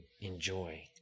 enjoy